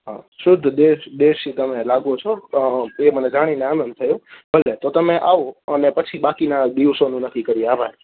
હા શુદ્ધ દે દે દેશી તમે લાગો છો તે મને જાણીને આનંદ થયો ભલે તો તમે આવો અને પછી બાકીના દિવસોનું નક્કી કરીએ આભાર